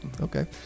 Okay